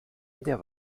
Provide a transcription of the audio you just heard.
der